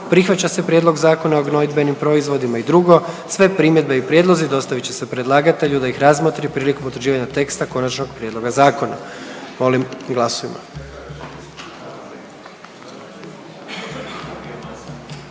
Prihvaća se Prijedlog zakona o gnojidbenim proizvodima i 2. Sve primjedbe i prijedlozi dostavit će se predlagatelju da ih razmotri prilikom utvrđivanja teksta konačnog prijedloga zakona.“ Molim glasujmo.